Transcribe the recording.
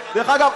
דרך אגב,